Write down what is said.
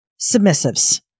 submissives